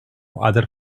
other